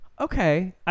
okay